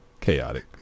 Chaotic